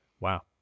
Wow